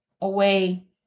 away